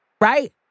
right